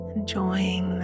Enjoying